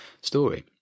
story